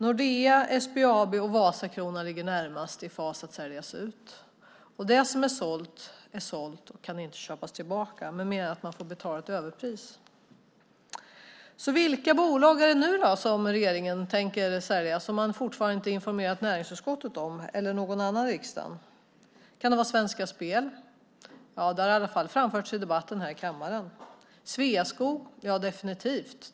Nordea, SBAB och Vasakronan ligger närmast till att säljas ut. Det som är sålt är sålt och kan inte köpas tillbaka med mindre än att man får betala ett överpris. Vilka bolag är det nu som regeringen tänker sälja och fortfarande inte har informerat näringsutskottet eller någon annan i riksdagen om? Kan det vara Svenska Spel? Det har i alla fall framförts i debatten här i kammaren. Kan det vara Sveaskog? Ja, definitivt.